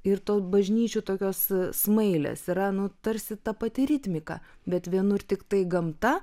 ir tos bažnyčių tokios smailės yra nu tarsi ta pati ritmika bet vienur tiktai gamta